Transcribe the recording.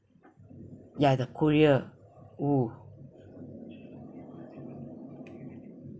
ya the korea oh